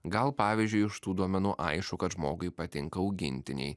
gal pavyzdžiui iš tų duomenų aišku kad žmogui patinka augintiniai